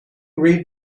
read